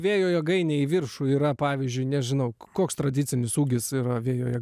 vėjo jėgainę į viršų yra pavyzdžiui nežinau koks tradicinis ūgis ir abejoju